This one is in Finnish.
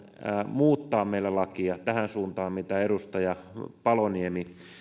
muuttaa meillä lakia tähän suuntaan mitä edustaja paloniemi